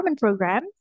Program